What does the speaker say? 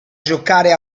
giocare